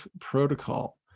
Protocol